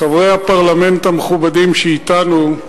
חברי הפרלמנט המכובדים שאתנו,